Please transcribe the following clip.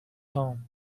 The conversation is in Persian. هام